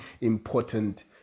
important